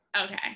okay